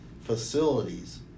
facilities